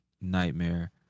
nightmare